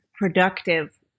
productive